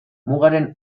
mugaren